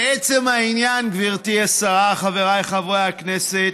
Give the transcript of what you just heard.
לעצם העניין, גברתי השרה, חבריי חברי הכנסת,